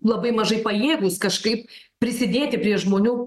labai mažai pajėgūs kažkaip prisidėti prie žmonių